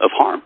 of harm